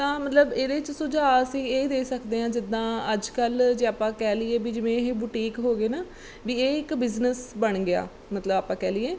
ਤਾਂ ਮਤਲਬ ਇਹਦੇ 'ਚ ਸੁਝਾਅ ਅਸੀਂ ਇਹ ਦੇ ਸਕਦੇ ਹਾਂ ਜਿੱਦਾਂ ਅੱਜ ਕੱਲ੍ਹ ਜੇ ਆਪਾਂ ਕਹਿ ਲਈਏ ਵੀ ਜਿਵੇਂ ਇਹ ਬੁਟੀਕ ਹੋ ਗਏ ਨਾ ਵੀ ਇਹ ਇੱਕ ਬਿਜ਼ਨਸ ਬਣ ਗਿਆ ਮਤਲਬ ਆਪਾਂ ਕਹਿ ਲਈਏ